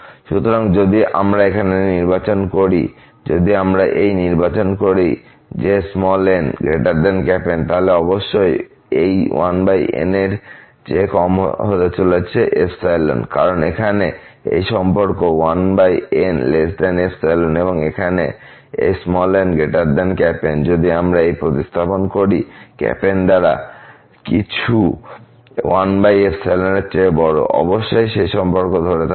সুতরাং যদি আমরা এখানে নির্বাচন করি যদি আমরা এইনির্বাচন করি n N তাহলে অবশ্যই এই 1n এর চেয়ে কম হতে চলেছে কারণ এখানে এই সম্পর্ক 1nϵ এবং এখানে এই n N যদি আমরা প্রতিস্থাপন করি N দ্বারা কিছু 1ϵ এর চেয়ে বড় অবশ্যই সেই সম্পর্ক ধরে থাকবে